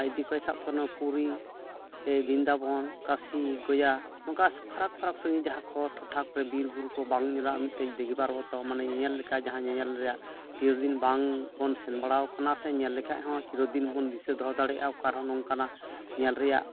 ᱤᱫᱤ ᱠᱚᱣᱟᱭ ᱥᱟᱵᱠᱟᱜ ᱢᱮ ᱯᱩᱨᱤ ᱵᱤᱱᱫᱟᱵᱚᱱ ᱠᱟᱥᱤ ᱜᱚᱭᱟ ᱱᱚᱝᱠᱟ ᱯᱷᱟᱨᱟᱠ ᱯᱷᱟᱨᱟᱠ ᱥᱟᱺᱜᱤᱧ ᱡᱟᱦᱟᱸᱠᱚ ᱴᱚᱴᱷᱟ ᱠᱚᱨᱮ ᱵᱤᱨᱵᱩᱨᱩ ᱠᱚ ᱵᱟᱝ ᱧᱮᱞᱟᱜ ᱢᱤᱫᱴᱮᱡ ᱫᱤᱜᱷᱤ ᱯᱟᱨᱵᱚᱛᱛᱚ ᱢᱟᱱᱮ ᱧᱮᱧᱮᱞ ᱞᱮᱠᱟ ᱡᱟᱦᱟᱸ ᱧᱮᱧᱮᱞ ᱨᱮᱭᱟᱜ ᱪᱤᱨᱚᱫᱤᱱ ᱵᱟᱝᱵᱚᱱ ᱥᱮᱱ ᱵᱟᱲᱟᱣ ᱠᱟᱱᱟ ᱥᱮ ᱧᱮᱞ ᱞᱮᱠᱷᱟᱡᱦᱚᱸ ᱪᱤᱨᱚᱫᱤᱱᱵᱚᱱ ᱫᱤᱥᱟᱹ ᱫᱚᱦᱚ ᱫᱟᱲᱮᱭᱟᱜᱼᱟ ᱚᱠᱟᱨᱮᱦᱚᱸ ᱱᱚᱝᱠᱟᱱᱟᱜ ᱧᱮᱞ ᱨᱮᱭᱟᱜ